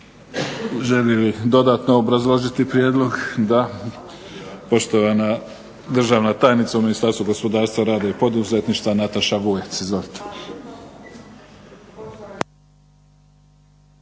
želi li dodatno obrazložiti prijedlog? Da. Poštovana državna tajnica u Ministarstvu gospodarstva, rada i poduzetništva Nataša Vujec.